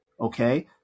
Okay